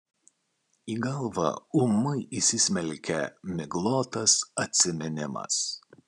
į galvą ūmai įsismelkia miglotas atsiminimas